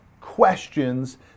questions